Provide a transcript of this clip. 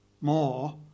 more